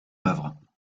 œuvre